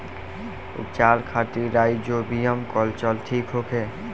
उपचार खातिर rhizobium culture ठीक होखे?